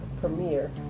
premiere